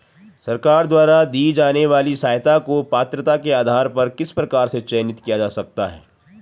सरकार द्वारा दी जाने वाली सहायता को पात्रता के आधार पर किस प्रकार से चयनित किया जा सकता है?